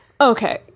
Okay